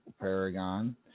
paragon